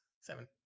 seven